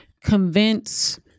convince